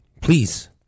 Please